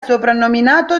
soprannominato